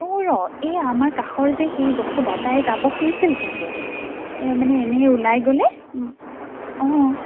অ ৰ' এই আমাৰ কাষৰ যে সেই যশোদা তাই যাব খুজিছিল কিন্তু এ মানে এনেই ওলাই গ'লে অ